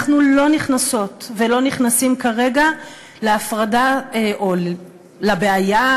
אנחנו לא נכנסות ולא נכנסים כרגע להפרדה או לבעיה,